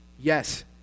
Yes